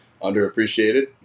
underappreciated